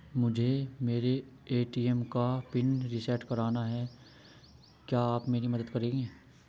मुझे मेरे ए.टी.एम का पिन रीसेट कराना है क्या आप मेरी मदद करेंगे?